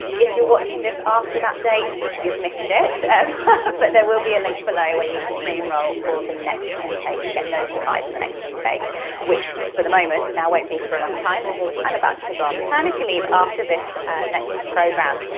if you're watching this after that date, you've missed it but there will be a link below where you can pre-enroll for the next intake, to get notified for the next intake which for the moment, now won't be for a long time, because i'm about to go on maternity leave after this next program.